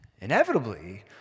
inevitably